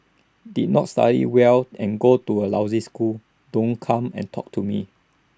did not study well and go to A lousy school don't come and talk to me